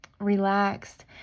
Relaxed